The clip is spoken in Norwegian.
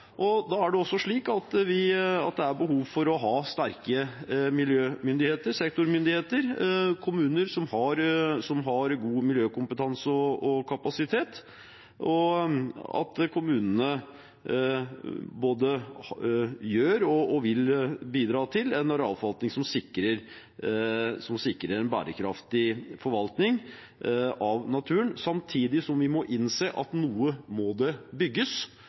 Det er behov for å ha sterke miljømyndigheter, sektormyndigheter, kommuner som har god miljøkompetanse og kapasitet, og at kommunene både har og vil bidra til en arealforvaltning som sikrer en bærekraftig forvaltning av naturen. Samtidig må vi innse at noe må det bygges,